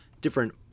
different